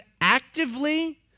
actively